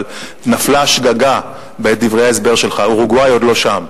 אבל נפלה שגגה בדברי ההסבר שלך: אורוגוואי עוד לא שם.